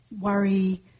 worry